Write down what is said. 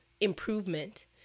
improvement